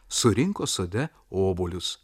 surinko sode obuolius